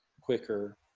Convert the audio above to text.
quicker